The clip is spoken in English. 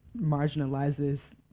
marginalizes